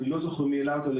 אני לא זוכר מי העלה אותה,